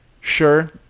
Sure